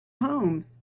homes